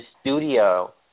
studio